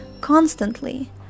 constantly